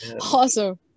awesome